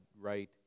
right